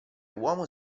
uomo